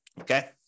okay